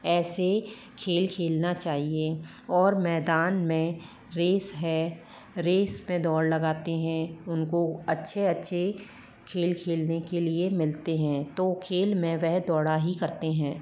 ऐसे खेल खेलना चाहिए और मैदान में रेस हैं रेस पर दौड़ लगाते हैं उनको अच्छे अच्छे खेल खेलने के लिए मिलते हैं तो खेल में वह दौड़ा ही करते हैं